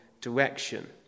direction